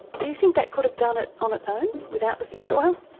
do you think that could have done it on its own, without the fish oil?